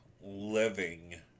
living